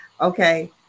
okay